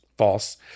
False